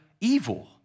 evil